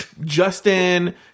Justin